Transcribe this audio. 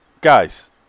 guys